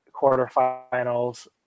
quarterfinals